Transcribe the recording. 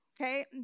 Okay